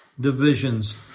divisions